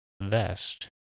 Vest